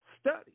Study